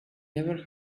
never